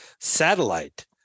satellite